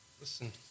Listen